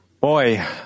boy